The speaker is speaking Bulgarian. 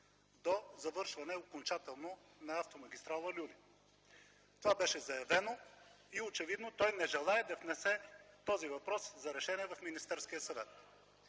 завършване на Автомагистрала „Люлин”. Това беше заявено и очевидно той не желае да внесе този въпрос за решение в Министерския съвет.